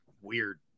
weird